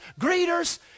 greeters